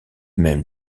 même